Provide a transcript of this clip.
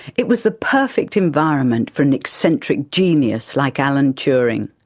it was the perfect environment for an eccentric genius like alan turing.